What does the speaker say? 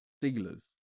dealers